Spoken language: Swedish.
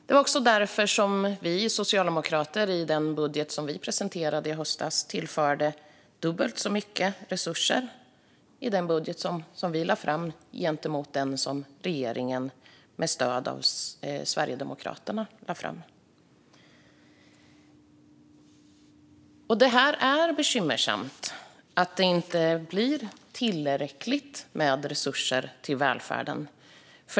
Det var också därför som vi socialdemokrater tillförde dubbelt så mycket resurser i det budgetförslag som vi lade fram i höstas jämfört med det som regeringen med stöd av Sverigedemokraterna lade fram. Det är bekymmersamt att det inte blir tillräckligt med resurser till välfärden.